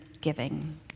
giving